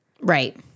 Right